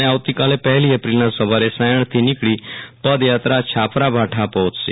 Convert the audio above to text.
અને આવતીકાલે પહેલી એપ્રિલના સવારે સાયજ઼થી નીકળી પદયાત્રા છાપરાભાઠા પહોંચશે